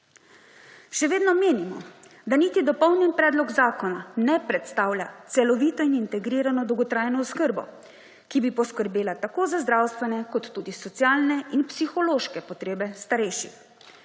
Še vedno menimo, da niti dopolnjeni predlog zakona ne predstavlja celovito in integrirano dolgotrajno oskrbo, ki bi poskrbela tako za zdravstvene kot tudi socialne in psihološke potrebe starejših.